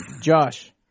Josh